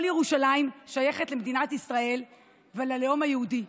כל ירושלים שייכת למדינת ישראל וללאום היהודי.